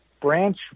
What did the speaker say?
Branch